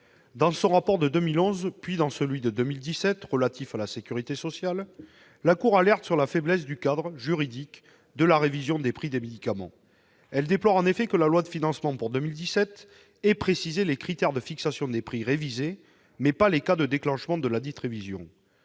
Dans son rapport de 2011, puis dans celui de 2017, relatifs à la sécurité sociale, la Cour des comptes alerte sur la faiblesse du cadre juridique de la révision des prix des médicaments. Elle déplore en effet que la loi de financement de la sécurité sociale pour 2017 ait précisé les critères de fixation des prix révisés, mais pas les cas de déclenchement de ladite révision.